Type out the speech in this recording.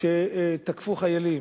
כשתקפו חיילים.